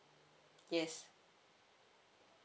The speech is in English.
yes